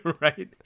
right